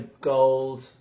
gold